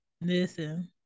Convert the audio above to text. Listen